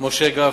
משה גפני.